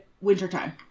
wintertime